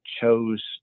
chose